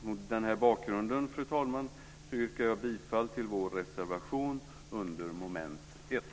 Mot denna bakgrund yrkar jag bifall till vår reservation under mom. 1.